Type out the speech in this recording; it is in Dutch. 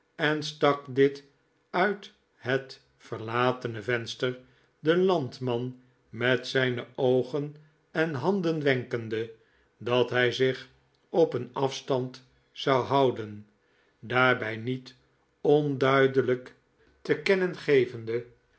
en stak dit uit het verlatene venster den landman met zijne oogen en handen wenkende dat hij zich op een afstand zou houden daarbij niet'onduidelijk te kennen gevende